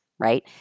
right